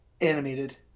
animated